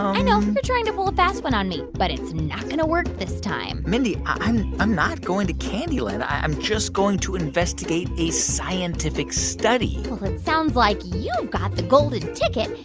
i know you're trying to pull a fast one on me, but it's not going to work this time mindy, i'm i'm not going to candy land. i'm just going to investigate a scientific study well, it sounds like you've got the golden ticket,